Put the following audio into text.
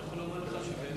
אבל אני יכול לומר לך שבאמת,